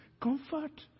Comfort